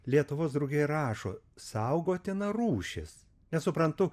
lietuvos drugiai rašo saugotina rūšis nesuprantu